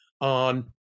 On